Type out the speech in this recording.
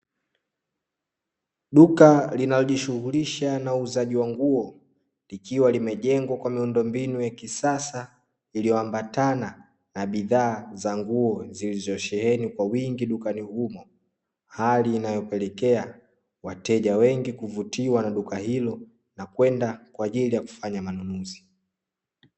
Duka linalojishughulisha na uuzaji wa nguo, likiwa imejengwa kwa miundo mbinu ya kisasa iliyoambatana na bidhaa za nguo zilizo sheheni kwa wingi dukani humo, hali inayopelekea wateja wengi kuvutiwa na duka hilo na kwenda kwa ajili ya kufanya manunuzi.